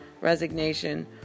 resignation